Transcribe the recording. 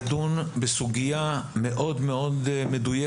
התכנסנו כאן היום כדי לדון בסוגיה מאוד מאוד מדויקת,